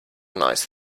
nice